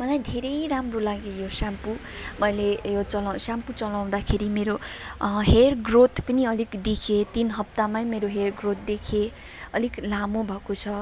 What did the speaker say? मलाई धेरै राम्रो लाग्यो यो स्याम्पो मैले यो चलाउँ स्याम्पो चलाउँदाखेरि मेरो हेयर ग्रोथ पनि अलिक देखिए तिन हप्तामै मेरो हेयर ग्रोथ देखिए अलिक लामो भएको छ